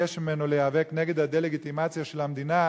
ולבקש ממנו להיאבק נגד הדה-לגיטימציה של מדינה,